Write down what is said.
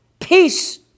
Peace